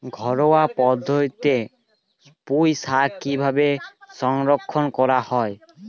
ঘরোয়া পদ্ধতিতে পুই শাক কিভাবে সংরক্ষণ করা হয়?